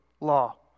law